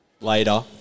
later